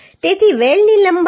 તેથી વેલ્ડની લંબાઈ 9